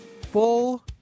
full